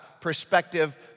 perspective